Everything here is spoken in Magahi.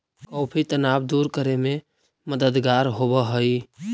कॉफी तनाव दूर करे में मददगार होवऽ हई